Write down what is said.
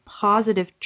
positive